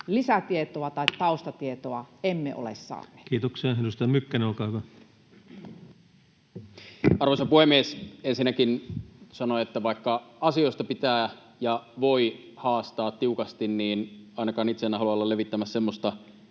lisätietoa tai taustatietoa emme ole saaneet. Kiitoksia. — Edustaja Mykkänen, olkaa hyvä. Arvoisa puhemies! Ensinnäkin sanon, että vaikka asioista pitää ja voi haastaa tiukasti, niin ainakaan itse en halua olla levittämässä semmoista